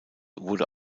wurde